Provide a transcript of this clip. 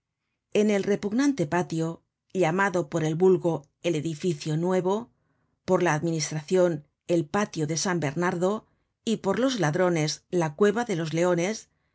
en el repugnante patio llamado por el vulgo el edificio nuevo por la administracion el patio de san bernardo y por los ladrones la cueva de los leones en